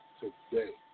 today